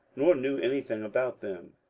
nor knew anything about them.